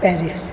Paris